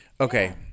Okay